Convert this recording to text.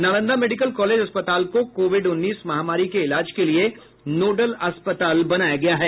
Nalanda medical college अस्पताल को Covid उन्नीस महामारी के इलाज के लिए नोडल अस्पताल बनाया गया है